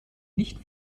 nicht